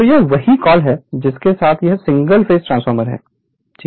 तो यह वही कॉल है जिसके साथ यह सिंगल फेज ट्रांसफार्मर है